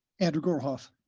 andrew gorohoff.